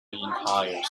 entire